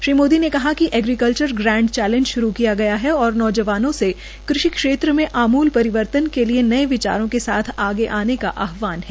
श्री मोदी ने कहा कि एग्रीकल्चर ग्रेंड चैलेंज श्रू किया गया है और नौजवानों से कृषि क्षेत्र में आमूल परिवर्तन के लिए नये विचारों के साथ आगे आने का आहवान है